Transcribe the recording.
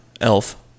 Elf